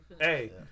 Hey